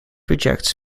rejects